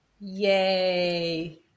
Yay